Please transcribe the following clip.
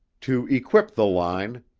to equip the line.